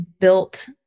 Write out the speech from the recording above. built